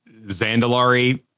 Zandalari